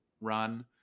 run